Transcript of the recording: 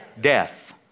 Death